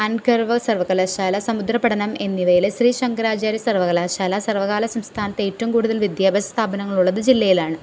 അൻകർവ സർവകലാശാല സമുദ്ര പഠനം എന്നിവയിലെ ശ്രീ ശങ്കരാചാര്യ സർവകലാശാല സംസ്ഥാനത്ത് ഏറ്റവും കൂടുതൽ വിദ്യാഭ്യാസസ്ഥാപനങ്ങളുള്ളത് ജില്ലയിലാണ്